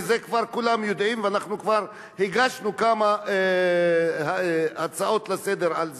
ואת זה כבר כולם יודעים ואנחנו כבר הגשנו כמה הצעות לסדר-היום על זה.